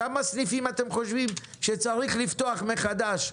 כמה סניפים אתם חושבים שצריך לפתוח מחדש?